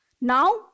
now